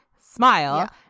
Smile